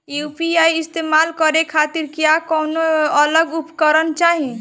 UPI इस्तेमाल करने खातिर क्या कौनो अलग उपकरण चाहीं?